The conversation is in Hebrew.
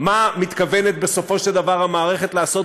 מה מתכוונת בסופו של דבר המערכת לעשות.